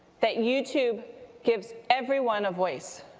that youtube gives everyone a voice.